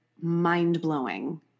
mind-blowing